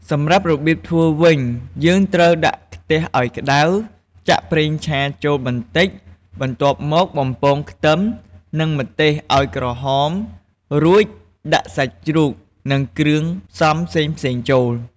សម្រាប់របៀបធ្វើវិញ យើងត្រូវដាក់ខ្ទះអោយក្តៅ ចាក់ប្រេងឆាចូលបន្តិច បន្ទាប់មកបំពងខ្ទឹមនិងម្ទេសអោយក្រហម រួចដាក់សាច់ជ្រូក និង គ្រឿងផ្សំផ្សេងៗចូល។